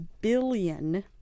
billion